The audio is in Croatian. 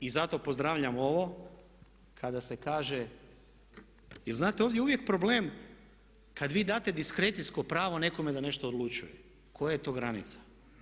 I zato pozdravljam ovo kada se kaže, jer znate ovdje je uvijek problem kad vi date diskrecijsko pravo nekome na nešto odlučuje, koja je to granica?